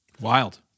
wild